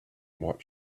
what